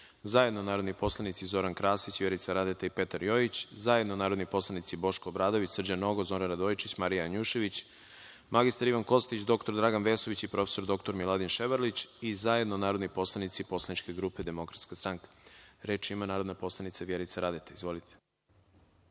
zajedno narodni poslanici Zoran Krasić, Vjerica Radeta i Petar Jojić, zajedno narodni poslanici Boško Obradović, Srđan Nogo, Zoran Radojičić, Marija Janjušević, mr Ivan Kostić, dr Dragan Vesović i prof. dr Miladin Ševarlić i zajedno narodni poslanici Poslaničke grupe DS.Reč ima narodni poslanik Vjerica Radeta. Izvolite.